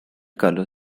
color